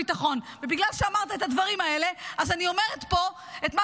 ובגלל שאמרת את הדברים האלה אז אני אומרת פה את מה